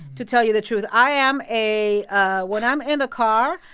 to tell you the truth. i am a ah when i'm in the car,